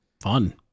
Fun